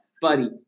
buddy